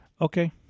Okay